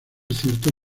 ciertos